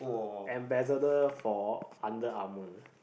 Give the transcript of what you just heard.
ambassador for Under-Armour